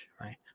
right